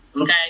okay